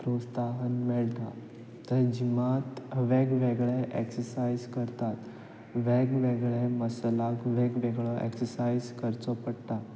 प्रोत्साहन मेळटा त जिमांत वेगवेगळे एक्सर्सायज करतात वेगवेगळे मसलाक वेगवेगळो एक्सर्सायज करचो पडटा